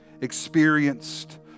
experienced